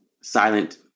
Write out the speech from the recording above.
silent